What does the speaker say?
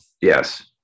Yes